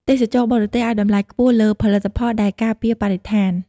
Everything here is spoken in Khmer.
ទេសចរបរទេសឱ្យតម្លៃខ្ពស់លើផលិតផលដែលការពារបរិស្ថាន។